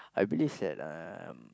I believe that um